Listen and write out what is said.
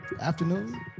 afternoon